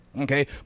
okay